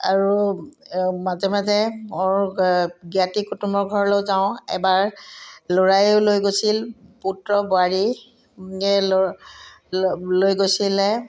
আৰু মাজে মাজে মোৰ জ্ঞাতি কুটুম্বৰ ঘৰলৈ যাওঁ এবাৰ ল'ৰায়ো লৈ গৈছিল পুত্ৰ বোৱাৰী লৈ গৈছিলে